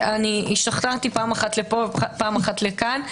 פעם השתכנעתי פעם לפה ופעם לכאן.